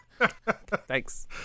Thanks